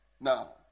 Now